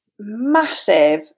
massive